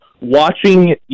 watching